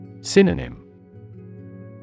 Synonym